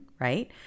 right